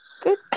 good